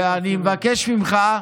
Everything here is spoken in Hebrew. אני מבקש ממך,